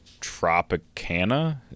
tropicana